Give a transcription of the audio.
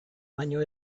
baino